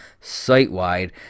site-wide